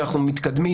ואנחנו מתקדמים,